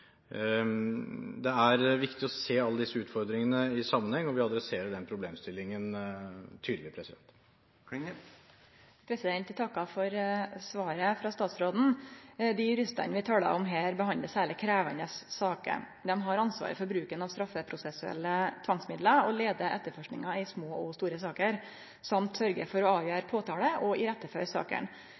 Det er viktig å se alle disse utfordringene i sammenheng, og vi adresserer den problemstillingen tydelig. Eg takkar for svaret frå statsråden. Dei juristane vi talar om her, behandlar særleg krevjande saker. Dei har ansvaret for bruken av straffeprosessuelle tvangsmiddel, leiar etterforskinga i små og store saker og sørgjer for å avgjere påtale og